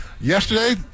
yesterday